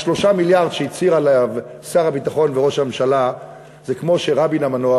3 המיליארדים שהצהירו עליהם שר הביטחון וראש הממשלה זה כמו שרבין המנוח,